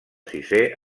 sisè